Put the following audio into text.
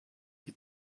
you